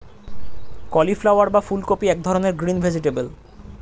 cauliflower বা ফুলকপি এক ধরনের গ্রিন ভেজিটেবল